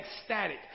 ecstatic